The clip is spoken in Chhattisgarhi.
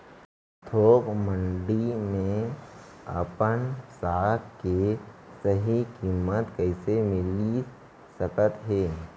थोक मंडी में अपन साग के सही किम्मत कइसे मिलिस सकत हे?